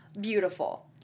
beautiful